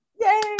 Yay